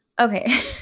Okay